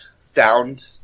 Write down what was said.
sound